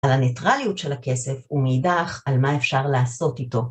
על הניטרליות של הכסף ומאידך על מה אפשר לעשות איתו.